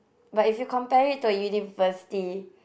but if you compare it to a university